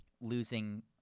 losing